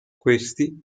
questi